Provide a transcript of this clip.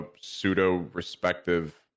pseudo-respective